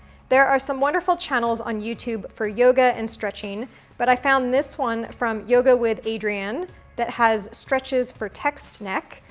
there are some wonderful channels on youtube for yoga and stretching but i found this one from yoga with adriene that has stretches for text-neck,